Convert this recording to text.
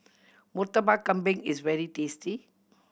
Murtabak Kambing is very tasty